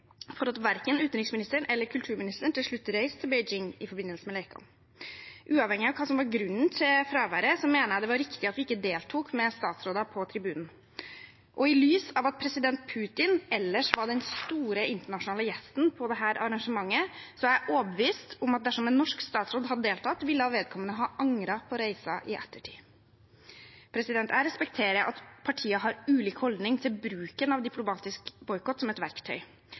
for at verken utenriksministeren eller kulturministeren til slutt reiste til Beijing i forbindelse med lekene. Uavhengig av hva som var grunnen til fraværet, mener jeg det var riktig at vi ikke deltok med statsråder på tribunen. Og i lys av at president Putin ellers var den store internasjonale gjesten på dette arrangementet, er jeg overbevist om at dersom en norsk statsråd hadde deltatt, ville vedkommende ha angret på reisen i ettertid. Jeg respekterer at partier har ulik holdning til bruken av diplomatisk boikott som et verktøy.